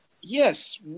Yes